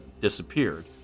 disappeared